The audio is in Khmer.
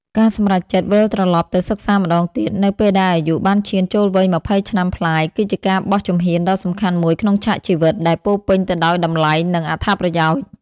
ការសម្រេចចិត្តវិលត្រឡប់ទៅសិក្សាម្តងទៀត នៅពេលដែលអាយុបានឈានចូលវ័យ ២០ ឆ្នាំប្លាយ គឺជាការបោះជំហានដ៏សំខាន់មួយក្នុងឆាកជីវិត ដែលពោរពេញទៅដោយតម្លៃ និងអត្ថប្រយោជន៍។